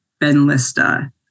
Benlista